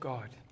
God